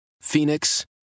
Phoenix